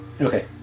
Okay